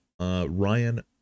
Ryan